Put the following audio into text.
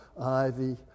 Ivy